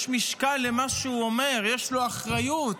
יש משקל למה שהוא אומר, יש לו אחריות.